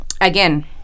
again